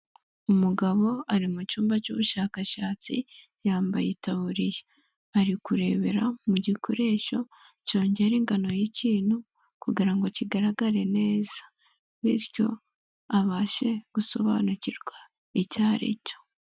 Umugabo ari mu cyumba cy'ubushakashatsi, yambaye itaburiya. Ari kurebera mu gikoresho cyongera ingano y'ikintu kugira ngo kigaragare neza bityo abashe gusobanukirwa icyari cyo.